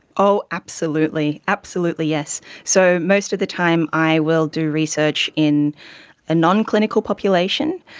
oh absolutely, absolutely, yes. so most of the time i will do research in a nonclinical population,